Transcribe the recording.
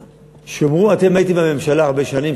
שאמרו: אתם הייתם בממשלה הרבה שנים,